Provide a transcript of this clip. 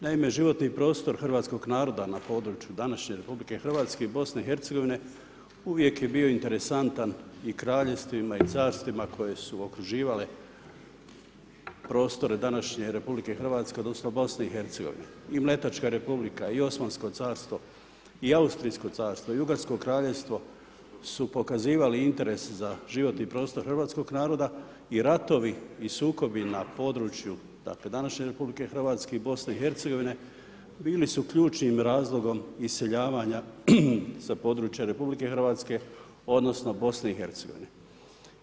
Naime, životni prostor hrvatskog naroda na području današnje RH i BiH-a uvijek je bio interesantan i kraljevstvima i carstvima koje su okruživale prostore današnje RH odnosno BiH-a, i Mletačka republika, i Osmansko carstvo, i Austrijsko carstvo, i Ugarsko kraljevstvo su pokazivali interes za životni prostor hrvatskog naroda i ratovi i sukobu na području današnje RH i BiH-a, bili su ključnim razlogom iseljavanja sa područja RH odnosno BiH-a.